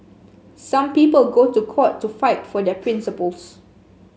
some people go to court to fight for their principles